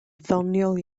ddoniol